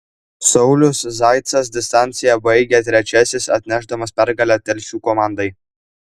saulius zaicas distanciją baigė trečiasis atnešdamas pergalę telšių komandai